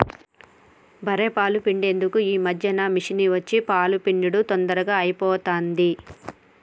బఱ్ఱె పాలు పిండేందుకు ఈ మధ్యన మిషిని వచ్చి పాలు పిండుడు తొందరగా అయిపోతాంది